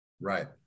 right